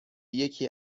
یکی